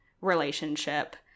relationship